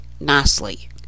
nicely